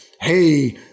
hey